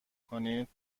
کنید